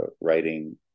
writing